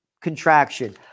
contraction